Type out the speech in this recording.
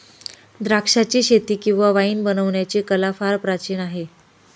द्राक्षाचीशेती किंवा वाईन बनवण्याची कला फार प्राचीन आहे